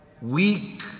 weak